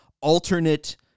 alternate